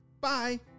bye